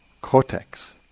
cortex